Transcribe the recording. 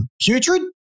putrid